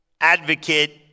advocate